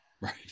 Right